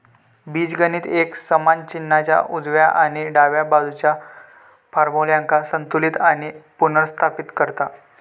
बीजगणित एक समान चिन्हाच्या उजव्या आणि डाव्या बाजुच्या फार्म्युल्यांका संतुलित आणि पुनर्स्थापित करता